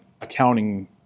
accounting